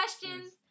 questions